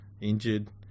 injured